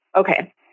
Okay